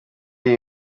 iyi